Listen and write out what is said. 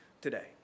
today